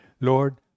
Lord